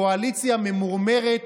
קואליציה ממורמרת,